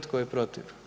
Tko je protiv?